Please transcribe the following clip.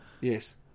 Yes